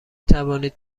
توانید